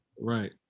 right